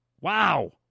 wow